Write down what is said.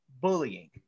bullying